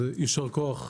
יישר כוח,